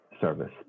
service